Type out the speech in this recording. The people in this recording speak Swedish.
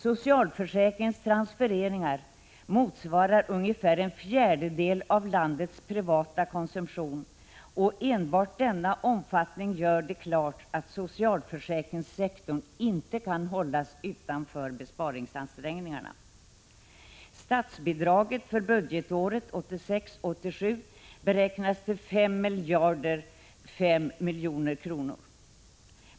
Socialförsäkringens transfereringar motsvarar ungefär en fjärdedel av 69 landets privata konsumtion, och enbart denna omfattning gör det klart att socialförsäkringssektorn inte kan hållas utanför besparingsansträngningarna. Statsbidraget för budgetåret 1986/87 beräknas till 5 005 000 000 kr.